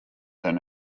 than